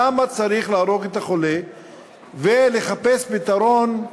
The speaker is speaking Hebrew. למה צריך להרוג את החולה ולחפש פתרון,